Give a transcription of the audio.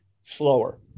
slower